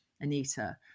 anita